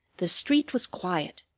the street was quiet.